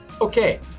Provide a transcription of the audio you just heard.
Okay